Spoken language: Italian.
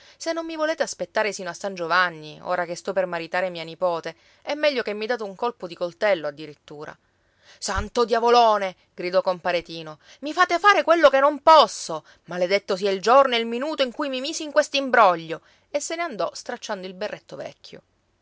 se non mi volete aspettare sino a san giovanni ora che sto per maritare mia nipote è meglio che mi date un colpo di coltello addirittura santo diavolone gridò compare tino mi fate fare quello che non posso maledetto sia il giorno e il minuto in cui mi misi in quest'imbroglio e se ne andò stracciando il berretto vecchio